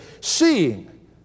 Seeing